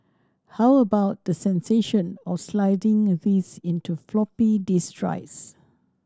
how about the sensation of sliding these into floppy disk drives